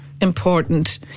Important